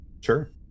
sure